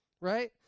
right